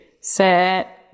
set